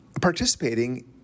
participating